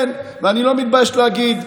כן, אני לא מתבייש להגיד.